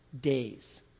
days